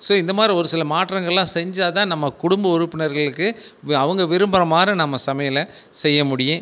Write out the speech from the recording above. so இந்த மாரி ஒரு சில மாற்றங்கள்லாம் செஞ்சால் தான் நம்ம குடும்ப உறுப்பினர்களுக்கு வி அவங்க விரும்புற மாரி நம்ம சமையலை செய்ய முடியும்